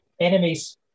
Enemies